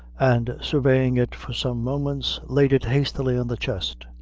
and surveying it for some moments, laid it hastily on the chest,